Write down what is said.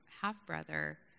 half-brother